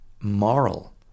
moral